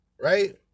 right